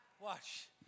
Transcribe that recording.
Watch